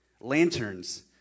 lanterns